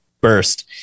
burst